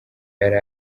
yari